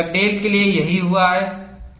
Dugdale के लिए यही हुआ है